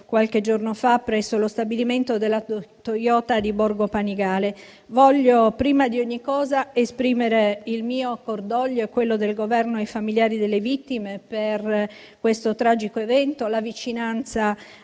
qualche giorno fa presso lo stabilimento della Toyota di Borgo Panigale. Voglio prima di ogni cosa esprimere il mio cordoglio e quello del Governo ai familiari delle vittime per questo tragico evento e la vicinanza